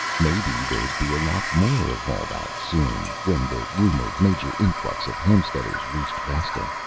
maybe there'd be a lot more of all that, soon, when the rumored major influx of homesteaders reached vesta.